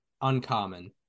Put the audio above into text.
uncommon